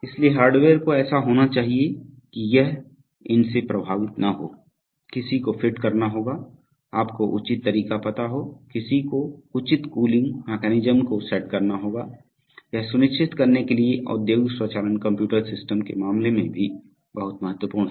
इसलिए हार्डवेयर को ऐसा होना चाहिए कि यह इनसे प्रभावित न हो किसी को फिट करना होगा आपको उचित तरीका पता हो किसी को उचित कूलिंग मैकेनिज्म को सेट करना होगा यह सुनिश्चित करने के लिए औद्योगिक स्वचालन कंप्यूटर सिस्टम के मामले में भी बहुत महत्वपूर्ण हैं